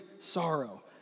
sorrow